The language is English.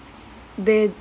they